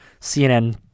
CNN